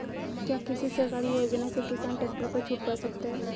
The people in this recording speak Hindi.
क्या किसी सरकारी योजना से किसान ट्रैक्टर पर छूट पा सकता है?